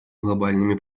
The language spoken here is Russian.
глобальными